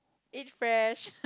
eat fresh